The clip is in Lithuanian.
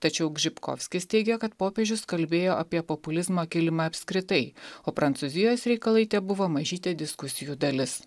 tačiau žibkovskis teigia kad popiežius kalbėjo apie populizmo kilimą apskritai o prancūzijos reikalai tebuvo mažytė diskusijų dalis